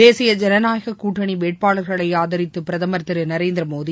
தேசியஜனநாயககூட்டணிவேட்பாளர்களைஆதரித்துபிரதமா் திருநரேந்திரமோடி